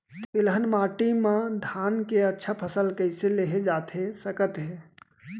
तिलहन माटी मा धान के अच्छा फसल कइसे लेहे जाथे सकत हे?